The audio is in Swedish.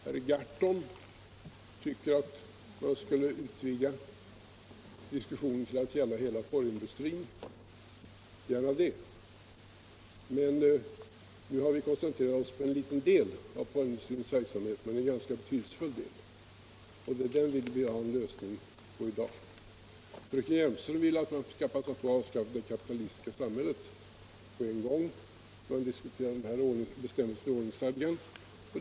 Herr Gahrton tycker att diskussionen borde utvidgas till att gälla hela porrindustrin. Gärna det. Nu har vi emellertid koncentrerat oss på en liten del av porrindustrins verksamhet men en ganska betydelsefull del. Och det är lösningar för att komma till rätta med den delen av verksamheten som vi I dag försöker finna. Fröken Hjelmström vill att man skall avskaffa det kapitalistiska sam hället med en gång när vi nu diskuterar bestämmelserna i ordningsstadgarna.